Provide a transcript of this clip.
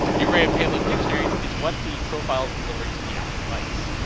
you're a payload dictionaries is what the profiles delivering to the apple device.